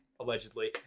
Allegedly